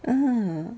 ah